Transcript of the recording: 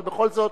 אבל בכל זאת.